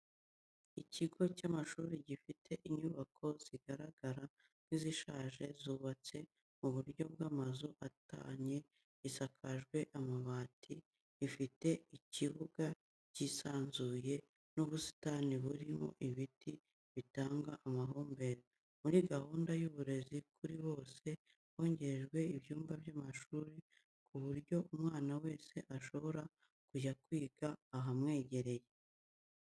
Ikigo cy'amashuri gifite inyubako zigaragara nk'izishaje zubatse mu buryo bw'amazu atatanye isakajwe amabati, ifite ikibuga cyisanzuye n'ubusitani burimo ibiti bitanga amahumbezi, muri gahunda y'uburezi kuri bose hongerewe ibyumba by'amashuri ku buryo umwana wese ashobora kujya kwiga ahamwegereye.